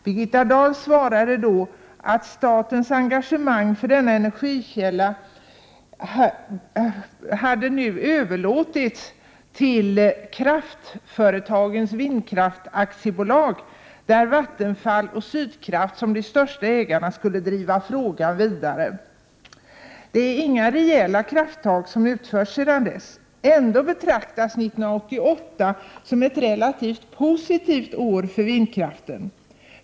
Birgitta Dahl svarade att statens engagemang för denna energikälla hade överlåtits till Kraftföretagens Vindkraft AB, där Vattenfall och Sydkraft som de största ägarna skulle driva frågan vidare. Det är inte några rejäla krafttag som utförts sedan dess. Ändå betraktas 1988 som ett relativt positivt år för vindkraften.